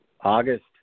August